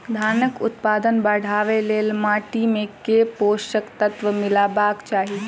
धानक उत्पादन बढ़ाबै लेल माटि मे केँ पोसक तत्व मिलेबाक चाहि?